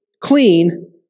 clean